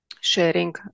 sharing